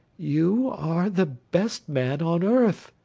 you are the best man on earth.